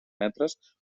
metres